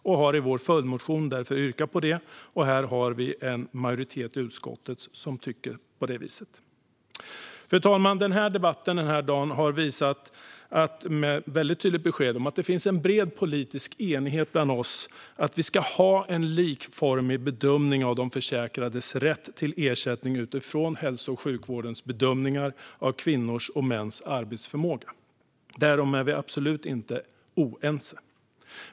Vi har därför i vår följdmotion yrkat på det, och här har vi en majoritet i utskottet som tycker på det viset. Fru talman! Den här debatten i dag har givit ett väldigt tydligt besked om att det finns en bred politisk enighet bland oss att vi ska ha en likformig bedömning av de försäkrades rätt till ersättning utifrån hälso och sjukvårdens bedömningar av kvinnors och mäns arbetsförmåga. Därom är vi absolut inte oense.